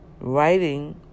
writing